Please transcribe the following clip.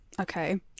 Okay